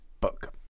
book